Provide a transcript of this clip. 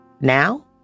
Now